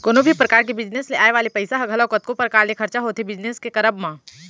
कोनो भी परकार के बिजनेस ले आय वाले पइसा ह घलौ कतको परकार ले खरचा होथे बिजनेस के करब म